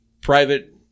private